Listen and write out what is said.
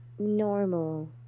normal